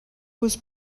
was